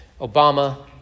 Obama